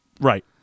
Right